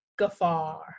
gaffar